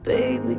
Baby